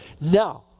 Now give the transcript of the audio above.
Now